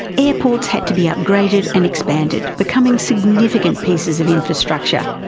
airports had to be upgraded and expanded, becoming significant pieces of infrastructure.